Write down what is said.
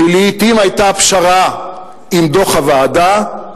שלעתים היתה פשרה עם דוח הוועדה,